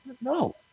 No